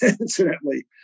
Incidentally